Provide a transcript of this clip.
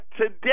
today